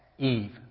Eve